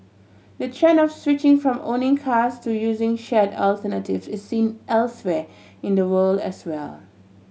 the trend of switching from owning cars to using shared alternatives is seen elsewhere in the world as well